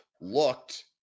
looked